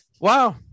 Wow